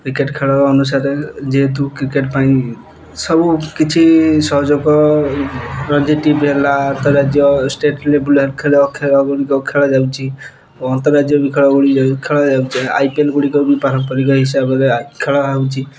cricket ଖେଳ ଅନୁସାରେ ଯେହେତୁ କ୍ରିକେଟ୍ ପାଇଁ ସବୁ କିଛି ସହଯୋଗ ହେଲା ଆନ୍ତରାଜ୍ୟ ଷ୍ଟେଟ୍ ଲେବଲ୍ ଖେଳ ଖେଳ ଗୁଡ଼ିକ ଖେଳାଯାଉଛି ଓ ଅନ୍ତ ରାଜ୍ୟ ଖେଳାଯାଉଛି ଆଇ ପି ଏଲ୍ ଗୁଡ଼ିକ ବି ପାରମ୍ପରିକ ହିସାବରେ ଖେଳା ହେଉଛି